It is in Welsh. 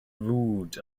frwd